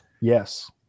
yes